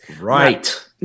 Right